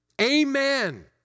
Amen